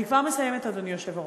אני כבר מסיימת, אדוני היושב-ראש.